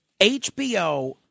HBO